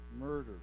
murder